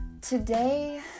today